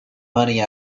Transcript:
money